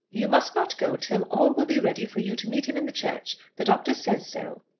you must not go till all will be ready for you to meet him in the church. the doctor says so.